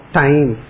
time